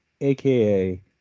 aka